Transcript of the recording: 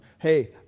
Hey